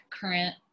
current